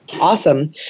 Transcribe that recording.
Awesome